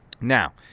Now